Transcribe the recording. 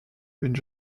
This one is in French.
une